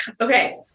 Okay